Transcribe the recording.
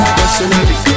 personally